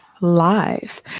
Live